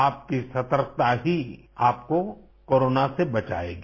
आपकी सतर्कता ही आपको कोरोना से बचाएगी